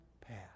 path